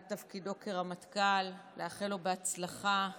על תפקידו כרמטכ"ל, ולאחל לו הצלחה,